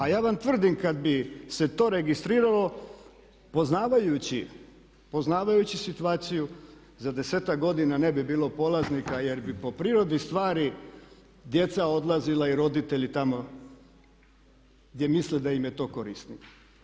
A ja vam tvrdim kad bi se to registriralo poznavajući situaciju za 10-ak godina ne bi bilo polaznika jer bi po prirodi stvari djeca odlazila i roditelji tamo gdje misle da im je to korisno.